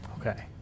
Okay